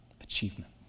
achievement